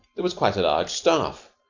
there was quite a large staff.